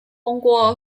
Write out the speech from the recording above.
透过